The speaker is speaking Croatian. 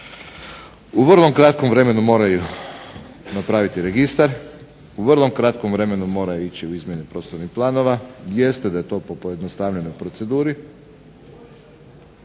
u vrlo kratkom vremenu moraju napraviti registar, u vrlo kratkom vremenu moraju ići u izmjenu prostornih planova, jeste da je to po pojednostavljenoj proceduri